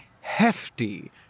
hefty